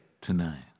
tonight